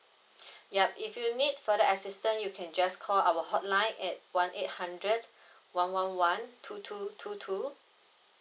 ya if you need further assistance you can just call our hotline at one eight hundred one one one two two two two